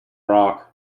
rock